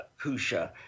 Kusha